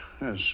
yes